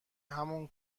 همون